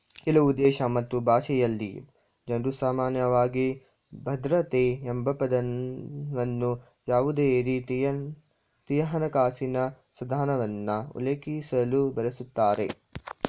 ಕೆಲವುದೇಶ ಮತ್ತು ಭಾಷೆಯಲ್ಲಿ ಜನ್ರುಸಾಮಾನ್ಯವಾಗಿ ಭದ್ರತೆ ಎಂಬಪದವನ್ನ ಯಾವುದೇರೀತಿಯಹಣಕಾಸಿನ ಸಾಧನವನ್ನ ಉಲ್ಲೇಖಿಸಲು ಬಳಸುತ್ತಾರೆ